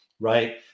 Right